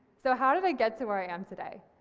so how did i get to where i am today?